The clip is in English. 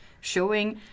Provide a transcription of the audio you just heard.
showing